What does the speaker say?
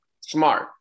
Smart